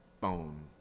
bone